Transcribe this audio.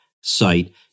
site